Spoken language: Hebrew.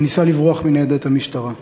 וניסה לברוח מניידת המשטרה.